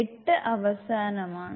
എട്ട് അവസാനമാണ്